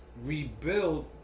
rebuild